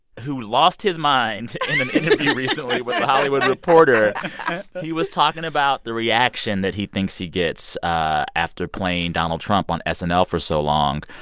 who lost his mind in an interview recently with the hollywood reporter he was talking about the reaction that he thinks he gets ah after playing donald trump on snl and for so long.